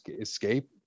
escape